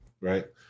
right